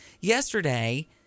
yesterday